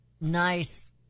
nice